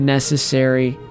Necessary